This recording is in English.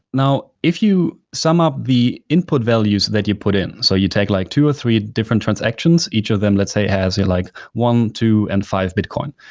now, if you sum up the input values that you put in, so you take like two or three different transactions, each of them let's say has like one, two and five bitcoin.